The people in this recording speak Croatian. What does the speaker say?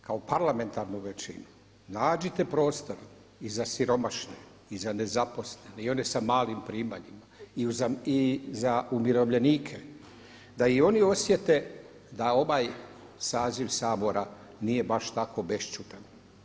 Ali molim vas kao parlamentarnu veći, nađite prostora i za siromašne, i za nezaposlene, i one s malim primanjima, i za umirovljenike da i oni osjete da ovaj saziv Sabora nije baš tako bešćutan.